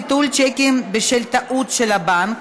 ביטול שיקים בשל טעות של הבנק),